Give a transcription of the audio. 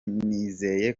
nizeye